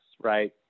right